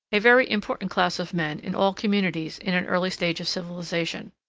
a very important class of men in all communities in an early stage of civilization.